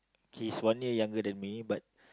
okay he's one year younger than me but